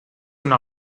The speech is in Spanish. una